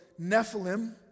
Nephilim